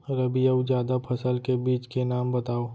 रबि अऊ जादा फसल के बीज के नाम बताव?